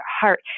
heart